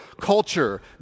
culture